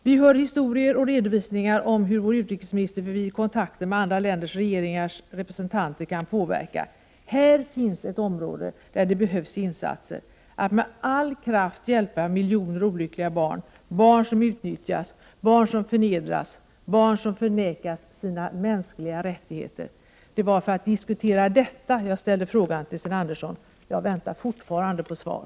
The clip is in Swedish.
Vi hör historier och redovisningar om hur vår utrikesminister vid kontakter med andra länders regeringars representanter kan påverka. Här finns ett område där det behövs insatser att med all kraft hjälpa miljoner olyckliga barn, barn som utnyttjas, barn som förnedras, barn som förvägras sina mänskliga rättigheter. Det var för att diskutera detta jag ställde frågan till Sten Andersson. Jag väntar fortfarande på svar.